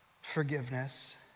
forgiveness